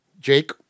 Jake